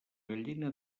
gallina